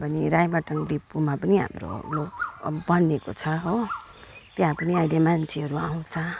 यहाँ पनि राइमाटाङ डिपोमा पनि हाम्रो बनिएको छ हो त्यहाँ पनि अहिले मान्छेहरू आउँछ